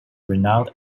renowned